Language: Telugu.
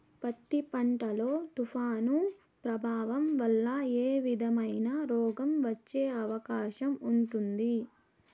పత్తి పంట లో, తుఫాను ప్రభావం వల్ల ఏ విధమైన రోగం వచ్చే అవకాశం ఉంటుంది?